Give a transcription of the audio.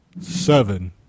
seven